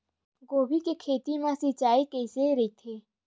गोभी के खेत मा सिंचाई कइसे रहिथे?